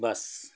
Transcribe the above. bus